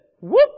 whoop